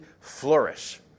flourish